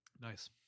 Nice